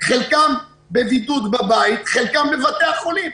חלקם בבידוד בבית, חלקם בבתי החולים.